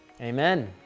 Amen